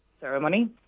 ceremony